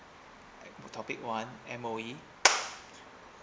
topic one M_O_E